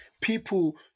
People